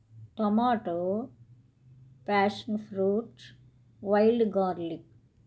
tomato passion fruit wild garlic